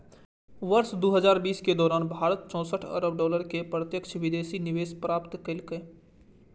वर्ष दू हजार बीसक दौरान भारत चौंसठ अरब डॉलर के प्रत्यक्ष विदेशी निवेश प्राप्त केलकै